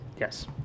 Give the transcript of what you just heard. Yes